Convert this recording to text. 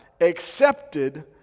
accepted